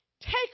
take